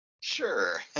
sure